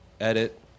edit